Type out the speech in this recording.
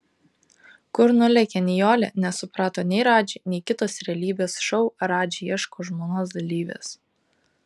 kur nulėkė nijolė nesuprato nei radži nei kitos realybės šou radži ieško žmonos dalyvės